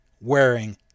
wearing